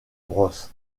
bros